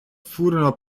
furono